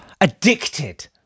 Addicted